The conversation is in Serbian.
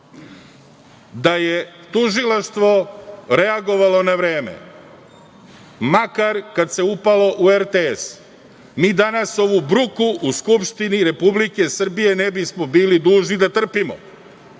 Da je tužilaštvo reagovalo na vreme, makar kad se upalo u RTS, mi danas ovu bruku u Skupštini Republike Srbije ne bismo bili dužni da trpimo.